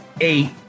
eight